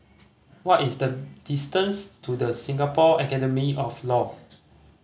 what is the distance to The Singapore Academy of Law